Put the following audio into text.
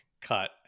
cut